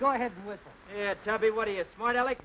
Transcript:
go ahead with yeah tell me what is what i like